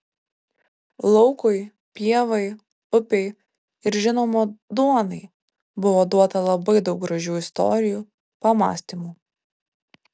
laukui pievai upei ir žinoma duonai buvo duota labai daug gražių istorijų pamąstymų